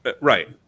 Right